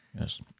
Yes